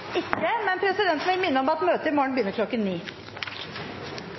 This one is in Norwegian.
ikke noe referat. Dermed er dagens kart ferdigbehandlet. Presidenten vil minne om at møtet i morgen begynner